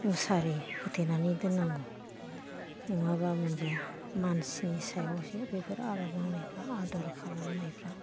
मुसारि होथेनानै दोननांगौ नङाबा मोनजाया मानसिनि सायावसो बेफोर आबाद मावनायफ्रा आदर खालामनायफ्रा